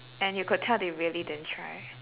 and you could tell they really didn't try